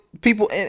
people